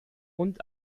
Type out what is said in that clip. und